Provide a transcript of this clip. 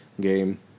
game